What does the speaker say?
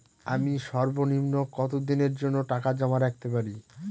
আমি সর্বনিম্ন কতদিনের জন্য টাকা জমা রাখতে পারি?